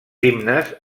himnes